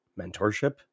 mentorship